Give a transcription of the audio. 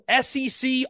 SEC